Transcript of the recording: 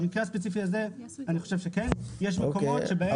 במקרה הספציפי הזה אני חושב שכן, יש מקומות שבהם.